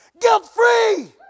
guilt-free